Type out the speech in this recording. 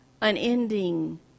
unending